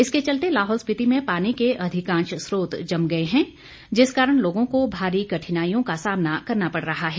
इसके चलते लाहौल स्पीति में पानी के अधिकांश स्रोत जम गए हैं जिस कारण लोगों को भारी कठिनाईयों का सामना करना पड़ रहा है